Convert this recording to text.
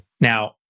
Now